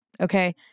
Okay